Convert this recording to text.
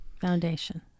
foundation